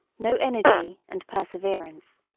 no energy and perseverance.